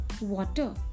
water